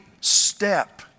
step